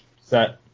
set